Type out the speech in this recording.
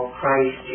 Christ